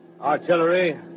Artillery